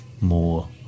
more